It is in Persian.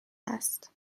است